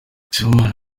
sibomana